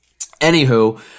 anywho